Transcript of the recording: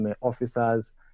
officers